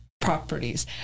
properties